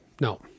No